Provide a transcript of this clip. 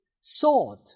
Sought